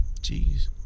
Jeez